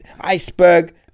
iceberg